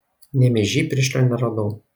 nemėžy piršlio neradau